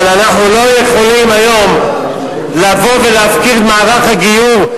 אבל אנחנו לא יכולים היום לבוא ולהפקיר את מערך הגיור,